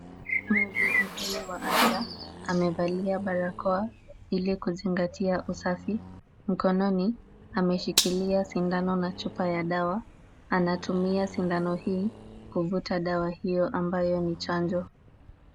Muuguzi huyu wa afya amevalia barakoa ili kuzingatia usafi. Mkononi ameshikilia sindano na chupa ya dawa. Anatumia sindano hii kuvuta dawa hiyo ambayo ni chanjo.